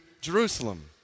Jerusalem